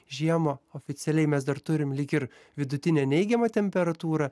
žiemą oficialiai mes dar turim lyg ir vidutinę neigiamą temperatūrą